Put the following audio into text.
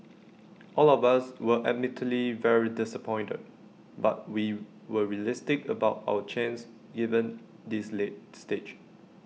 all of us were admittedly very disappointed but we were realistic about our chances given this late stage